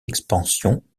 expansion